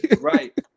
Right